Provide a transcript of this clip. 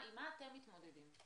עם מה אתם מתמודדים?